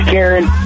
Karen